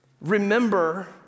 Remember